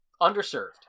Underserved